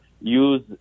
use